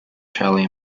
charlie